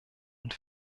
und